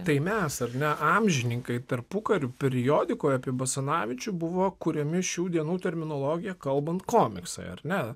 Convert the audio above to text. tai mes ar ne amžininkai tarpukarių periodikoj apie basanavičių buvo kuriami šių dienų terminologija kalbant komiksai ar ne